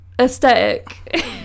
aesthetic